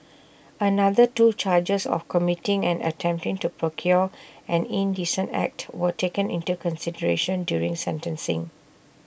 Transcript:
another two charges of committing and attempting to procure an indecent act were taken into consideration during sentencing